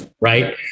Right